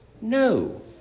No